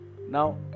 Now